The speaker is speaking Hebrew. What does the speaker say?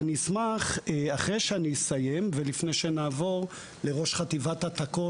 ואני אשמח אחרי שאני אסיים ולפני שנעבור לראש חטיבת התקון